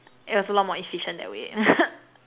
it was a lot more efficient that way